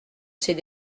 ses